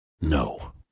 No